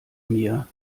mir